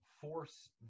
force